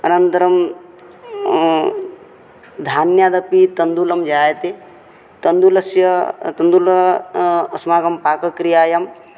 अनन्तरं धान्यादपि तण्डुलं जायते तण्डुलस्य तण्डुल अस्माकं पाक क्रियायां